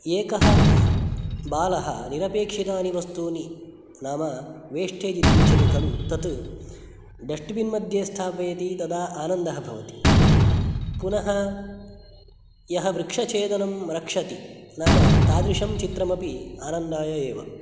एकः बालः निरपेक्षितानि वस्तूनि नाम वेस्टेज् इत्युच्यते खलु तत् डस्ट्बिन् मध्ये स्थापयति तदा आनन्दः भवति पुनः यः वृक्षछेदनं रक्षति नाम तादृशं चित्रमपि आनन्दाय एव